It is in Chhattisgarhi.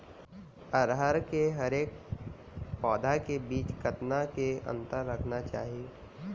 अरहर के हरेक पौधा के बीच कतना के अंतर रखना चाही?